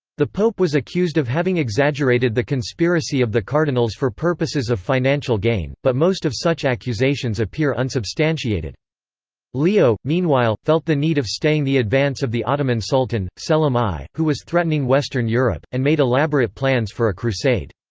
the pope was accused of having exaggerated the conspiracy of the cardinals for purposes of financial gain, but most of such accusations appear unsubstantiated leo, meanwhile, felt the need of staying the advance of the ottoman sultan, selim i, who was threatening western europe, and made elaborate plans for a crusade.